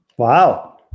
wow